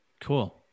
Cool